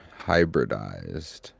hybridized